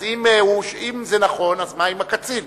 אז אם זה נכון, אז מה עם הקצין?